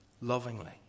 lovingly